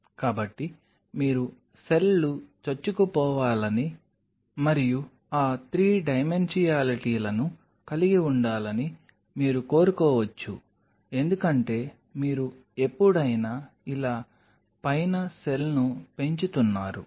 కాబట్టి మీరు సెల్లు చొచ్చుకుపోవాలని మరియు ఆ 3 డైమెన్షియాలిటీలను కలిగి ఉండాలని మీరు కోరుకోవచ్చు ఎందుకంటే మీరు ఎప్పుడైనా ఇలా పైన సెల్ను పెంచుతున్నారు